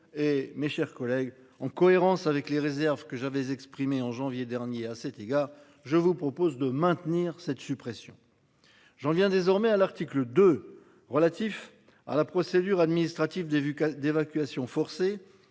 mes chers collègues, en cohérence avec les réserves que j'avais exprimée en janvier dernier à cet égard, je vous propose de maintenir cette suppression. J'revient désormais à l'article 2 relatif à la procédure administrative des vues d'évacuation forcée